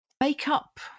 makeup